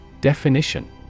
Definition